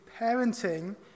parenting